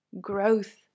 growth